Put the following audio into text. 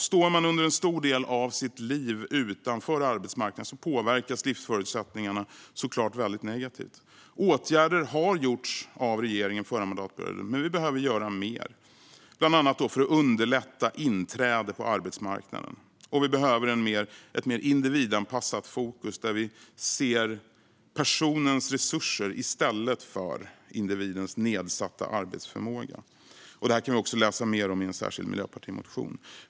Står man under en stor del av sitt liv utanför arbetsmarknaden påverkas livsförutsättningarna såklart väldigt negativt. Åtgärder har vidtagits av regeringen under den förra mandatperioden. Vi behöver dock göra mer, bland annat för att underlätta inträde på arbetsmarknaden. Vi behöver ett mer individanpassat fokus, där vi ser personens resurser i stället för individens nedsatta arbetsförmåga. Det här kan man läsa mer om i en särskild miljöpartimotion.